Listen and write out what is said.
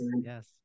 yes